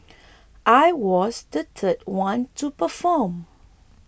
I was the third one to perform